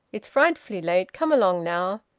it's frightfully late. come along now!